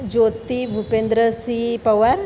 Jyoti Bhupendrasinh Pawar